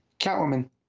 Catwoman